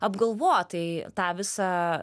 apgalvotai tą visą